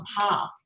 path